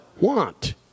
want